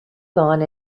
gone